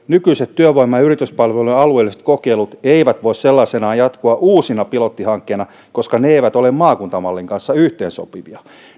nykyiset työvoima ja yrityspalvelujen alueelliset kokeilut eivät voi sellaisenaan jatkua uusina pilottihankkeina koska ne eivät ole maakuntamallin kanssa yhteensopivia